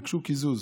ביקשו קיזוז.